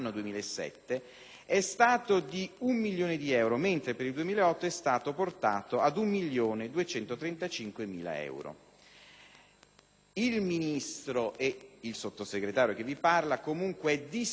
è stato di 1 milione di euro, mentre per il 2008 è stato portato a 1.235.000 euro. Il Ministro, e il Sottosegretario che vi parla, è comunque disponibile